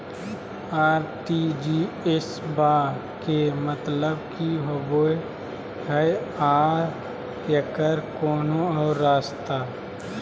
RTGS बा के मतलब कि होबे हय आ एकर कोनो और रस्ता?